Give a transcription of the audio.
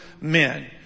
men